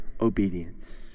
obedience